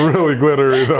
really glittery. but